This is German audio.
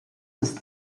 ist